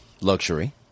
luxury